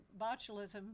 botulism